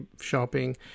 shopping